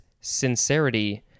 sincerity